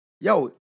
yo